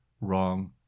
wrong